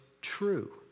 true